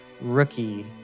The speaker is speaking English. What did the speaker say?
Rookie